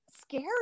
scary